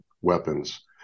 weapons